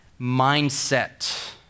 mindset